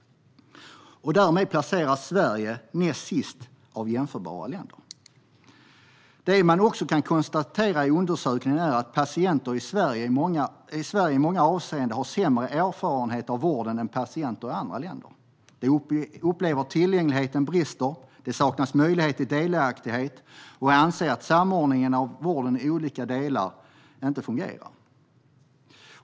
Därmed placerar sig Sverige näst sist bland jämförbara länder. I undersökningen konstateras också att patienter i Sverige i många avseenden har sämre erfarenheter av vården än patienter i andra länder. De upplever att tillgängligheten brister och att det saknas möjlighet till delaktighet. Och de anser att samordningen av vårdens olika delar inte fungerar.